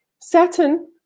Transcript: Saturn